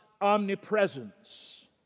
omnipresence